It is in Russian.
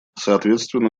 соответственно